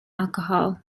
alcohol